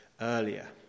earlier